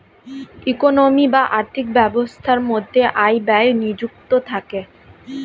economy বা আর্থিক ব্যবস্থার মধ্যে আয় ব্যয় নিযুক্ত থাকে